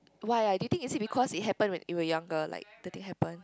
why ah do you think is it because it happen when we were younger like the thing happen